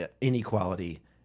inequality